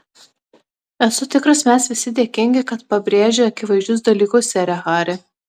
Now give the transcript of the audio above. esu tikras mes visi dėkingi kad pabrėži akivaizdžius dalykus sere hari